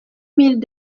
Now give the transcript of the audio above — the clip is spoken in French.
mille